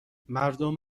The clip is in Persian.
مردم